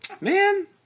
Man